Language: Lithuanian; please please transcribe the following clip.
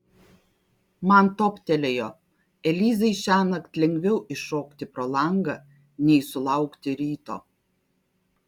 man toptelėjo elizai šiąnakt lengviau iššokti pro langą nei sulaukti ryto